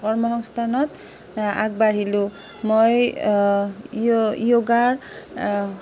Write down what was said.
কৰ্মসংস্থাপনত আ আগবাঢ়িলোঁ মই য় যোগৰ